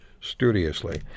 studiously